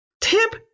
Tip